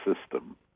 system